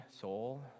soul